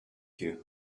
you